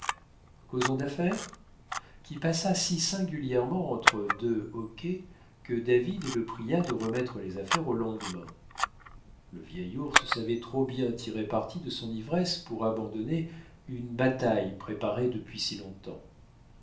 causons d'affaires qui passa si singulièrement entre deux hoquets que david le pria de remettre les affaires au lendemain le vieil ours savait trop bien tirer parti de son ivresse pour abandonner une bataille préparée depuis si long-temps